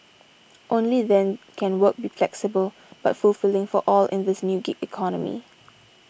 only then can work be flexible but fulfilling for all in this new gig economy